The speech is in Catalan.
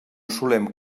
solem